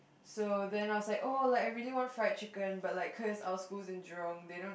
so then I was like oh like I really want fried chicken but like Chris our school's in Jurong they don't